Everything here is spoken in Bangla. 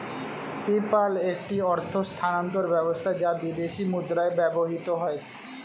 পেপ্যাল একটি অর্থ স্থানান্তর ব্যবস্থা যা বিদেশী মুদ্রায় ব্যবহৃত হয়